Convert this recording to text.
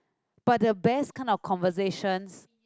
but the best kind of conversations